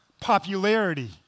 popularity